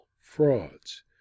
frauds